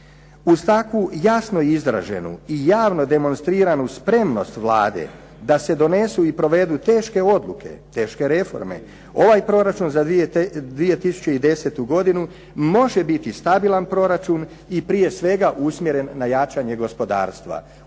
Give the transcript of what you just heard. Uz takvu jasnu izraženu i javno demonstriranu spremnost Vlade da se donesu i provedu teške odluke, teške reforme, ovaj proračun za 2010. godinu može biti stabilan proračun i prije svega usmjeren na jačanje gospodarstva.